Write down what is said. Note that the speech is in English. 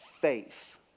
faith